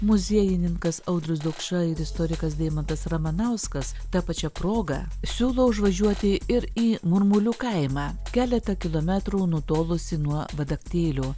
muziejininkas audrius daukša ir istorikas deimantas ramanauskas ta pačia proga siūlo užvažiuoti ir į murmulių kaimą keletą kilometrų nutolusį nuo vadaktėlių